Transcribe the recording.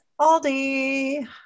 Aldi